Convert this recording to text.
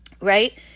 right